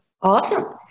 awesome